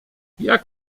jak